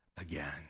again